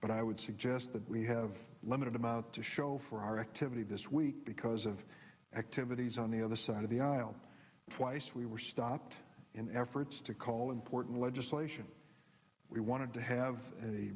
but i would suggest that we have a limited amount to show for our activity this week because of activities on the other side of the aisle twice we were stopped in efforts to call important legislation we wanted to have a